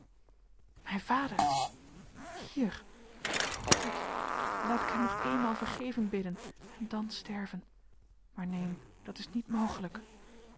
mijn vader hier o god laat ik hem nog eenmaal vergeving bidden en dan sterven maar neen dat is niet mogelijk